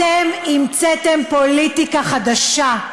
אתם המצאתם פוליטיקה חדשה.